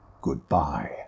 Goodbye